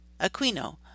Aquino